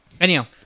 anyhow